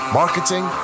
marketing